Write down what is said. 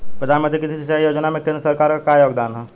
प्रधानमंत्री कृषि सिंचाई योजना में केंद्र सरकार क का योगदान ह?